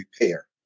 repair